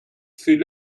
fait